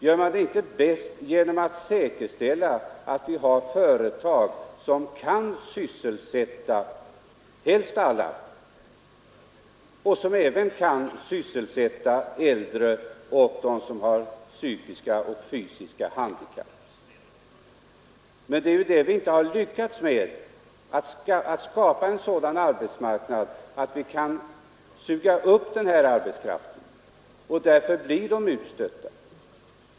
Gör man det inte bäst genom att säkerställa att vi har företag som kan sysselsätta alla, även äldre och dem som har fysiska eller psykiska handikapp? Men vi har inte lyckats med att skapa en sådan arbetsmarknad att den kan suga upp den här arbetskraften, och därför blir den utstött.